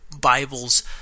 Bibles